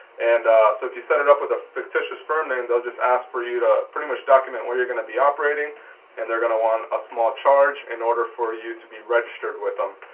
and so if you set it up with a fictitious firm name. they'll just ask for you to pretty much document where you're going to be operating and they're going to want a small charge in order for you to be registered with them.